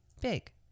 big